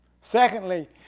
Secondly